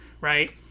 Right